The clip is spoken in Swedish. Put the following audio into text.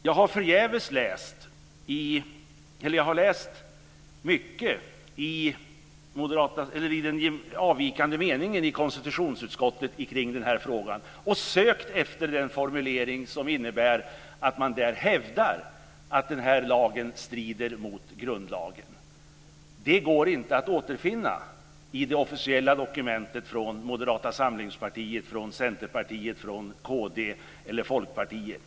Jag har läst konstitutionsutskottets avvikande mening i den här frågan och sökt efter en formulering som innebär att man hävdar att denna lag strider mot grundlagen. Den går inte att återfinna i det officiella dokumentet från Moderata samlingspartiet, Centerpartiet, kd eller Folkpartiet.